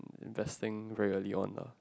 does thing really on a